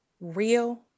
real